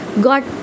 got